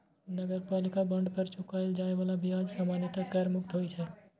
नगरपालिका बांड पर चुकाएल जाए बला ब्याज सामान्यतः कर मुक्त होइ छै